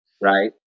right